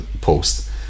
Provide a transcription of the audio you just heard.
post